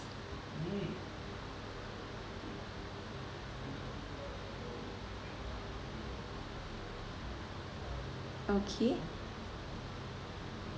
okay